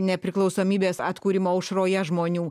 nepriklausomybės atkūrimo aušroje žmonių